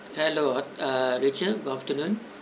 hello uh rachel afternoon